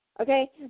Okay